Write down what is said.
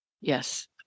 Yes